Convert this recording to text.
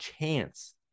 chance